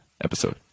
episode